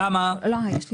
למה?